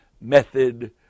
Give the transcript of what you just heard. method